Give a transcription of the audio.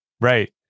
Right